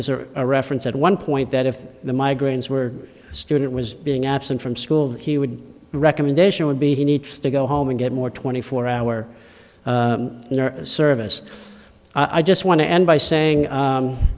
is a reference at one point that if the migraines were student was being absent from school he would recommendation would be he needs to go home and get more twenty four hour service i just want to end by saying